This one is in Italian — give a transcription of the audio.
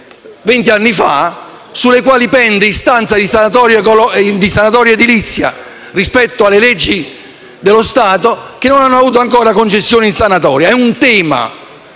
anni fa; su di esse pende istanza di sanatoria edilizia rispetto alle leggi dello Stato e non hanno avuto ancora concessione in sanatoria. Si tratta